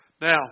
Now